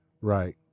Right